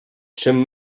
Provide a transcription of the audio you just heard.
чим